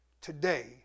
today